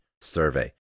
survey